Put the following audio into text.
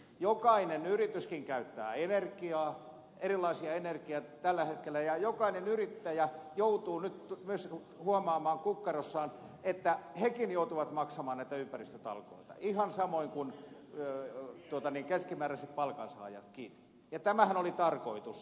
jokainen yrityskin käyttää energiaa erilaisia energioita tällä hetkellä ja jokainen yrittää joutuu nyt myös huomaamaan kukkarossaan että hekin joutuvat maksamaan näitä ympäristötalkoita ihan samoin kuin keskimääräiset palkansaajatkin ja tämähän oli tarkoitus